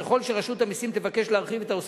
ככל שרשות המסים תבקש להרחיב את מעגל